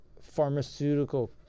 pharmaceutical